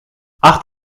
acht